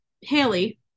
Haley